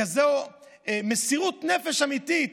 לכזאת מסירות נפש אמיתית.